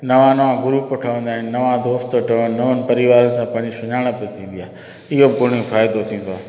नवां नवां ग्रूप ठहंदा आहिनि नवां दोस्त ठहनि नवनि परिवार सां पंहिंजे सुञाणप थींदी आहे इहो घणी फ़ाइदो थींदो आहे